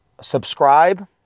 Subscribe